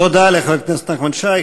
תודה לחבר הכנסת נחמן שי.